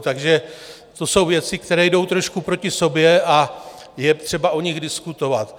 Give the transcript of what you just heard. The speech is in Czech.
Takže to jsou věci, které jdou trošku proti sobě, a je třeba o nich diskutovat.